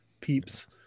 peeps